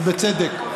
ובצדק.